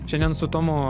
šiandien su tomu